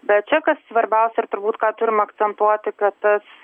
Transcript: bet čia kas svarbiausia ir turbūt ką turim akcentuoti kad tas